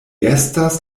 estas